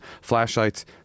flashlights